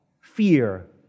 fear